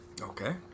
okay